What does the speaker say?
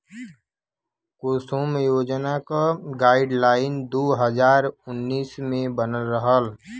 कुसुम योजना क गाइडलाइन दू हज़ार उन्नीस मे बनल रहल